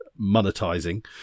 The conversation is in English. monetizing